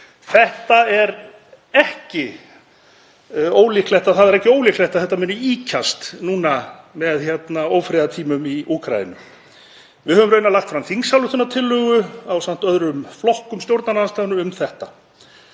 Það er ekki ólíklegt að þetta muni ýkjast núna með ófriðartímum í Úkraínu. Við höfum raunar lagt fram þingsályktunartillögu ásamt öðrum flokkum stjórnarandstöðunnar um þetta.